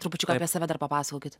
trupučiuką apie save dar papasakokit